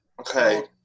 Okay